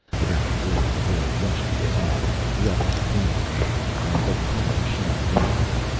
without a word the boy rushed inside, the others crowded after him, and the car shot downward,